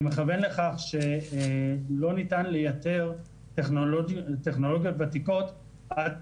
אני מכוון לכך שלא ניתן לייתר טכנולוגיות ותיקות עד